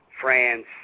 France